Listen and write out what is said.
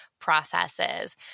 processes